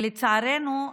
לצערנו,